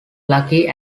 lucky